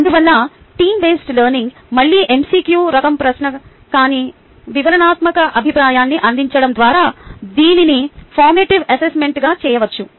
అందువల్ల team based learning మళ్ళీ MCQ రకం ప్రశ్న కానీ వివరణాత్మక అభిప్రాయాన్ని అందించడం ద్వారా దీనిని ఫార్మేటివ్ అసెస్మెంట్ గా చేయవచ్చు